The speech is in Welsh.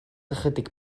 ychydig